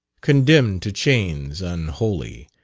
condemn'd to chains unholy,